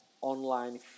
online